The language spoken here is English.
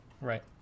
Right